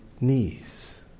knees